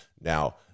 Now